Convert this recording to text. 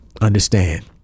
understand